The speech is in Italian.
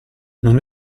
non